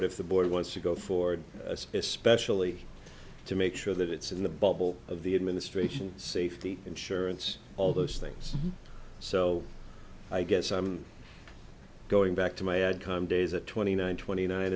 it if the board wants to go forward especially to make sure that it's in the bubble of the administration safety insurance all those things so i guess i'm going back to my ad time days at twenty nine twenty nine